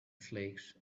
flakes